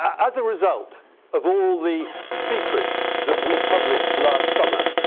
as a result of all the secrets that we published last summer,